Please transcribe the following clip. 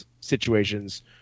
situations